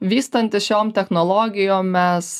vystantis šiom technologijom mes